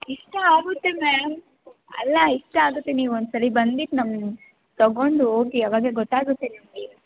ಇಷ್ಟ ಆಗುತ್ತೆ ಮ್ಯಾಮ್ ಅಲ್ಲ ಇಷ್ಟ ಆಗುತ್ತೆ ನೀವು ಒಂದ್ಸಲ ಬಂದ್ಬಿಟ್ಟು ನಮ್ಮ ತೊಗೊಂಡು ಹೋಗಿ ಅವಾಗ ಗೊತ್ತಾಗುತ್ತೆ ನಿಮಗೆ